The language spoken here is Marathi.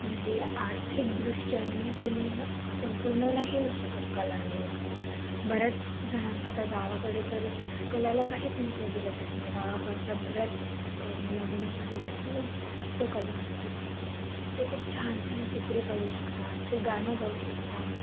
म्हणजे आर्थिकदृष्ट्याने तुम्ही संपूर्ण नाही होऊ शकत कलेने नुसतं बऱ्याच जणांचा आता गावाकडे तर कलेला काहीच महत्त्व दिलं जात नाही गावाकडच्या बऱ्याच मुलामुलींमध्ये खूप जास्त कला असते ते खूप छानछान चित्रे काढू शकतात ते गाणं गाऊ शकता